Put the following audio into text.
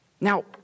Now